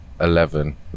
eleven